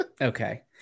Okay